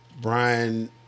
Brian